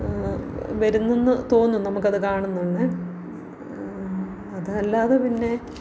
വരുന്നതെന്നു തോന്നും നമുക്കത് കാണുന്നുടനെ അത് അല്ലാതെ പിന്നെ